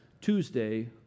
Tuesday